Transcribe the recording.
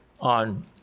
on